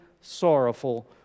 sorrowful